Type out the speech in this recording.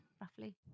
roughly